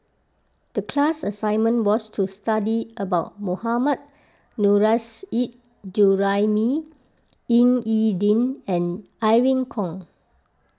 the class assignment was to study about Mohammad Nurrasyid Juraimi Ying E Ding and Irene Khong